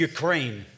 Ukraine